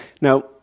Now